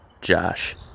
Josh